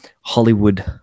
Hollywood